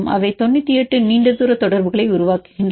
அவை 98நீண்ட தூர தொடர்புகளை உருவாக்குகின்றன